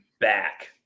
back